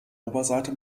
oberseite